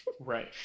Right